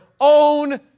own